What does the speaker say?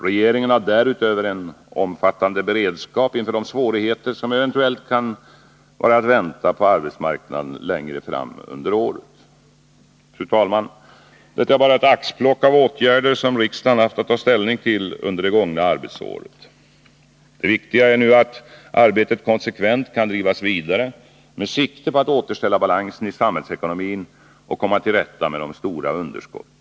Regeringen har därutöver en omfattande beredskap inför de svårigheter som eventuellt kan vänta på arbetsmarknaden längre fram under året. Fru talman! Detta är bara ett axplock av åtgärder som riksdagen haft att ta ställning till under det gångna arbetsåret. Det viktiga är nu att arbetet konsekvent kan drivas vidare med sikte på att återställa balansen i samhällsekonomin och komma till rätta med de stora underskotten.